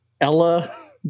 Ella